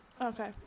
Okay